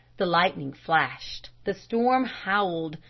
the lightning flashed. the storm howled.